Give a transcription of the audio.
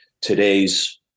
today's